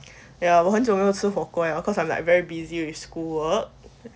ya 我很久没有吃火锅 liao course I'm like very busy with school work